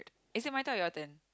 is it my turn or your turn